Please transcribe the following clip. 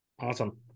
Awesome